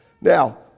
Now